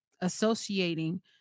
associating